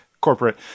Corporate